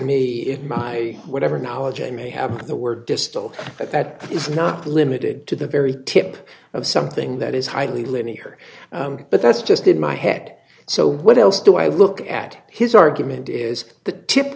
me it my whatever knowledge i may have of the word distal but that is not limited to the very tip of something that is highly linear but that's just in my head so what else do i look at his argument is the